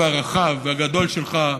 על הלב הרחב והגדול שלך.